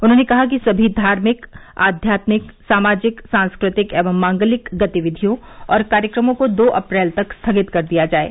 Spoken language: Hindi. उन्होंने कहा कि सभी धार्मिक आध्यात्मिक सामाजिक सांस्कृतिक एवं मांगलिक गतिविधियों और कार्यक्रमों को दो अप्रैल तक स्थगित कर दिया जाये